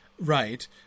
Right